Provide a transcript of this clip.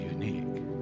unique